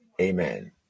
Amen